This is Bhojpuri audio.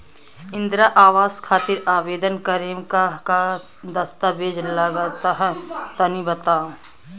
इंद्रा आवास खातिर आवेदन करेम का का दास्तावेज लगा तऽ तनि बता?